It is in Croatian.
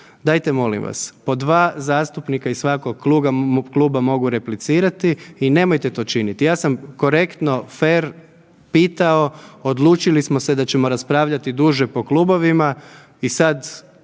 Dajte molim vas, po dva zastupnika iz svakog kluba mogu replicirati i nemojte to činiti. Ja sam korektno fer pitao, odlučili smo se da ćemo raspravljati duže po klubovima i sad